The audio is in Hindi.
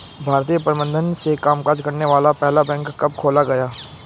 भारतीय प्रबंधन से कामकाज करने वाला पहला बैंक कब खोला गया?